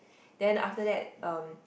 then after that um